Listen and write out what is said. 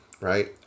right